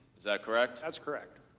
is that correct? that's correct.